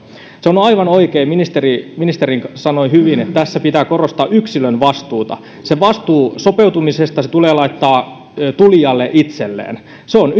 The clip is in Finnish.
se on on aivan oikein ministeri sanoi hyvin että tässä pitää korostaa yksilön vastuuta vastuu sopeutumisesta tulee laittaa tulijalle itselleen se on